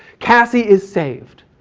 cassie is saved.